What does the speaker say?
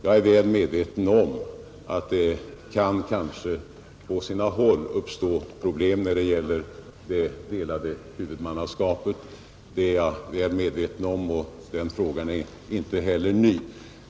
Jag är väl medveten om att det på sina håll kan uppstå problem när det gäller det delade huvudmannaskapet, och den frågan är inte heller ny.